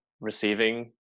receiving